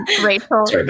Rachel